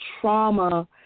trauma